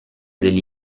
degli